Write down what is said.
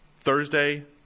Thursday